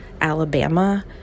Alabama